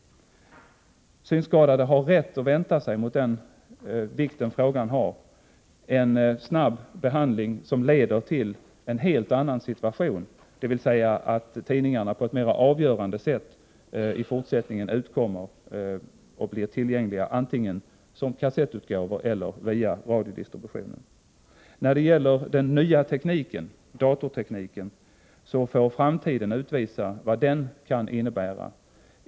Synskadade har rätt att vänta sig, med den vikt frågan har, en snabb behandling, som leder till en helt annan situation, dvs. att tidningarna på ett mera avgörande sätt i fortsättningen utkommer och blir tillgängliga som kassettutgåvor eller i radiodistributionen. När det gäller den nya tekniken, datortekniken, får framtiden utvisa vad den kan innebära.